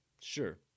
sure